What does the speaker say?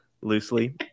loosely